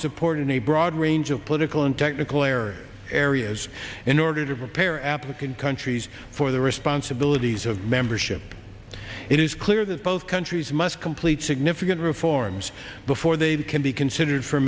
support in a broad range of political and technical error areas in order to prepare applicant countries for the responsibilities of membership it is clear that both countries must complete significant reforms before they can be considered for